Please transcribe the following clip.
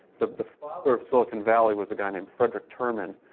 the the father of silicon valley was a guy named frederick terman,